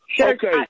Okay